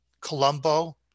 Colombo